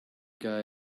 guy